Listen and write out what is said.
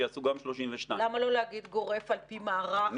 שיעשו גם 32. למה לא להגיד גורף אורך